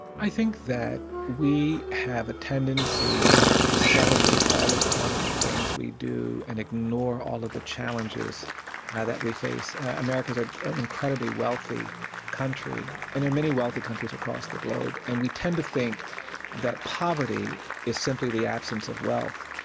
i think that we have a tendency to celebrate all of the wonderful things we do and ignore all of the challenges that we face. america's ah an incredibly wealthy country and there are many wealthy countries across the globe and we tend to think that poverty is simply the absence of wealth.